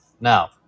Now